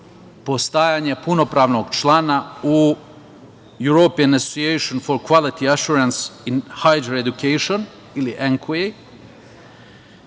postajanje punopravnog člana u "European association for quality assurance in higer education" ili ENQA,